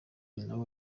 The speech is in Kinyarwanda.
nawe